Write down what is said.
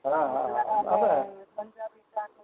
હા હા હા અને પંજાબી શાક